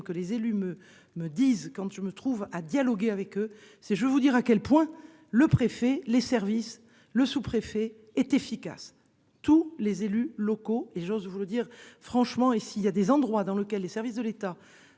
que les élus me me dise quand je me trouve à dialoguer avec eux, c'est je vais vous dire à quel point le préfet, les services, le sous-préfet est efficace, tous les élus locaux et j'ose vous le dire franchement et s'il y a des endroits dans lequel les services de l'État